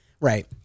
Right